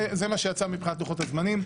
זה מה שיצא מבחינת לוחות הזמנים.